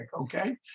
okay